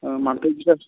ಹಾಂ ಮಾಡ್ತಾ ಇದ್ರಿ ಸರ್